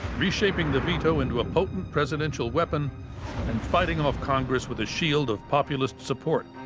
reshaping the veto into a potent presidential weapon and fighting off congress with a shield of populist support.